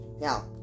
Now